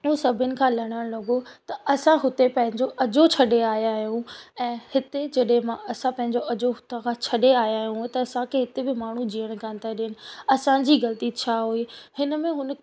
उहो सभिनी खां लड़नि लॻो त असां हुते पंहिंजो अजो छॾे आया आहियूं ऐं हिते जॾहिं मां असां पंहिंजो अजो हुता खां छॾे आया आहियूं त असांखे हिते बि माण्हू जीअण कान था ॾियनि असांजी ग़लिती छा हुई हिन में हुन